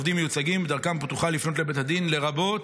העובדים מיוצגים ודרכם פתוחה לפנות לבית הדין לרבות